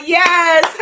yes